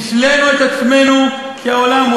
אריק שרון קיבל החלטה של ממשלה ריבונית,